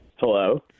Hello